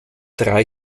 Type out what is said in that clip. drei